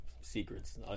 secrets